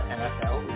nfl